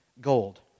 gold